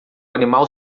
animal